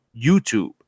YouTube